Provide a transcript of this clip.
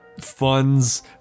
funds